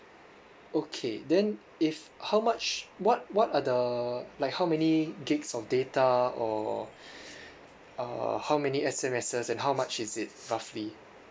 okay then if how much what what are the like how many gigs of data or uh how many S_M_Ss and how much is it roughly